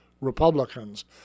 Republicans